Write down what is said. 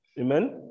Amen